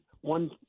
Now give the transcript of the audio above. One